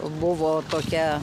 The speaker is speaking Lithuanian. buvo tokia